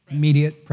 Immediate